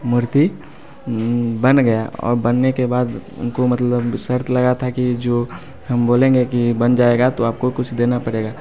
मूर्ति बन गया और बनने के बाद उनको मतलब शर्त लगा था कि जो हम बोलेंगे कि बन जाएगा तो आपको कुछ देना पड़ेगा